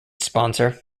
sponsor